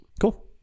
Cool